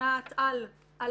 בתמונת-על על